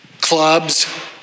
clubs